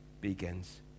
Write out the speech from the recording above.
begins